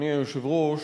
אדוני היושב-ראש,